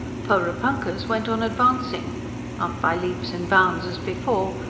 porepunkahs went on advancing not by leaps and bounds as before,